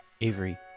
Avery